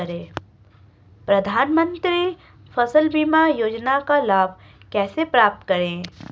प्रधानमंत्री फसल बीमा योजना का लाभ कैसे प्राप्त करें?